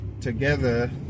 together